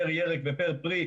פר ירק ופר פרי.